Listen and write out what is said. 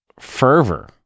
fervor